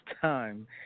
time